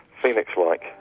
Phoenix-like